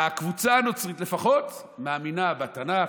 הקבוצה הנוצרית לפחות מאמינה בתנ"ך,